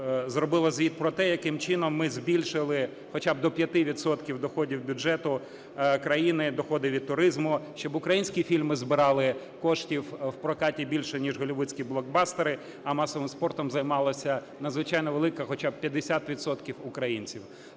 зробило звіт про те, яким чином ми збільшили хоча б до 5 відсотків доходів бюджету країни доходи від туризму, щоб українські фільми збирали коштів в прокаті більше, ніж голлівудські блокбастери, а масовим спортом займалося надзвичайно велика…, хоча б 50 відсотків